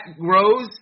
grows